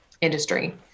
Industry